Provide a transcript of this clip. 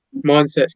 mindsets